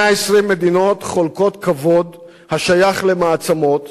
120 מדינות חולקות כבוד השייך למעצמות